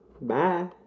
Bye